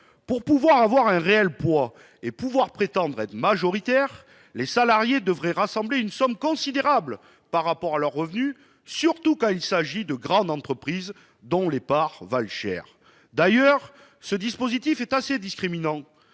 Pour avoir un réel poids et prétendre être majoritaires, ils devraient rassembler une somme considérable au regard de leurs revenus, surtout quand il s'agit de grandes entreprises dont les parts valent cher. D'ailleurs, ce dispositif est assez discriminant